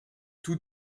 tous